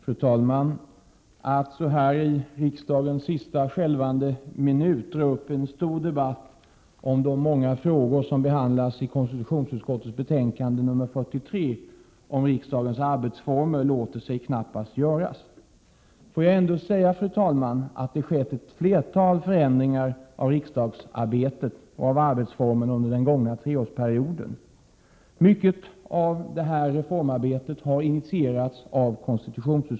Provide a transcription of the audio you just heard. Fru talman! Att så här i riksdagens sista skälvande minut dra upp en stor debatt om de många frågor som behandlas i konstitutionsutskottets betänkande 43 om riksdagens arbetsformer låter sig knappast göras. Får jag ändå säga, fru talman, att det skett ett flertal förändringar av riksdagsarbetet och arbetsformerna under den gångna treårsperioden. Mycket av reformarbetet har initierats av KU.